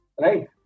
right